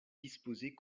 disposées